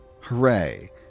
hooray